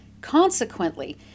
Consequently